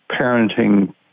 parenting